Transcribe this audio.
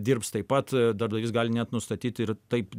dirbs taip pat darbdavys gali net nustatyti ir taip